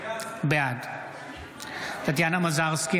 בעד טטיאנה מזרסקי,